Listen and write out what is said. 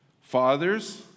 Fathers